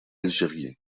algérien